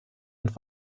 und